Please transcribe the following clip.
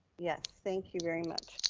yes, thank you very much.